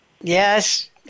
Yes